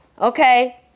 Okay